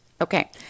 Okay